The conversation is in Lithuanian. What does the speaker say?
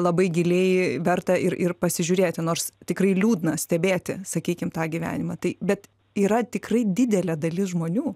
labai giliai verta ir ir pasižiūrėti nors tikrai liūdna stebėti sakykim tą gyvenimą tai bet yra tikrai didelė dalis žmonių